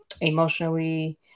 emotionally